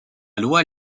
loi